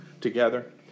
together